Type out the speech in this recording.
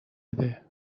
بده